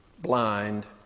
blind